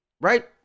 Right